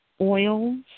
oils